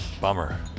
Bummer